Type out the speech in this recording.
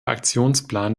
aktionsplan